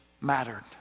mattered